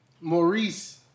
Maurice